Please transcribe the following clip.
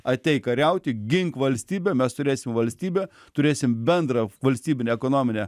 ateik kariauti gink valstybę mes turėsim valstybę turėsim bendrą valstybinę ekonominę